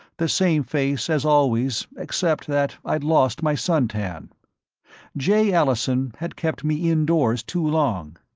the same face as always except that i'd lost my suntan jay allison had kept me indoors too long.